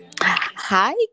Hi